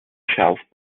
shelf